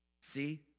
See